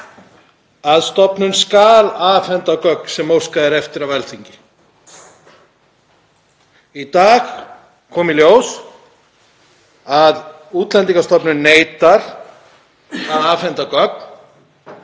að stofnun skuli afhenda gögn sem óskað er eftir af Alþingi. Í dag kom í ljós að Útlendingastofnun neitar að afhenda gögn